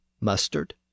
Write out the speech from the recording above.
mustard